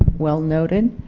well noted.